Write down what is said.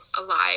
alive